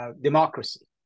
democracy